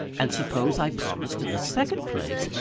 and suppose i promised, in the second place,